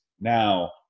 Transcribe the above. Now